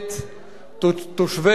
תושבי כפר-קאסם,